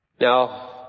Now